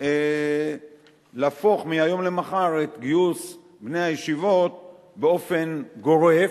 מעשי להפוך מהיום למחר את גיוס בני הישיבות באופן גורף,